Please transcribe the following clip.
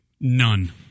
None